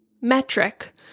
metric